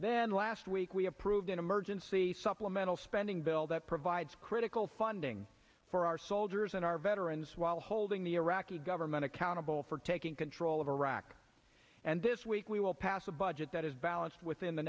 then last week we approved an emergency supplemental spending bill that provides critical funding for our soldiers and our veterans while holding the iraqi government accountable for taking control of iraq and this week we will pass a budget that is balanced within the